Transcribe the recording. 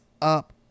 up